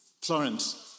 Florence